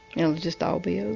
it'll just all be over.